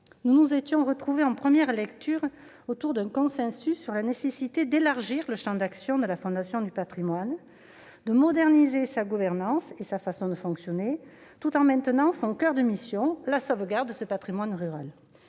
à un consensus, en première lecture, autour de la nécessité d'élargir le champ d'action de la Fondation du patrimoine et de moderniser sa gouvernance et sa façon de fonctionner, tout en maintenant son coeur de mission, la sauvegarde de ce patrimoine rural.